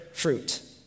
fruit